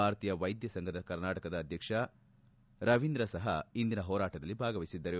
ಭಾರತೀಯ ವೈದ್ಯ ಸಂಘದ ಕರ್ನಾಟಕದ ಅಧ್ಯಕ್ಷ ರವೀಂದ್ರ ಸಹ ಇಂದಿನ ಹೋರಾಟದಲ್ಲಿ ಭಾಗವಹಿಸಿದ್ದರು